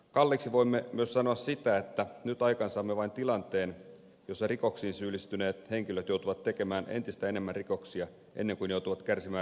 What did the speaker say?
kalliiksi voimme myös sanoa sitä että nyt aikaansaamme vain tilanteen jossa rikoksiin syyllistyneet henkilöt joutuvat tekemään entistä enemmän rikoksia ennen kuin joutuvat kärsimään rangaistuksensa kiven sisällä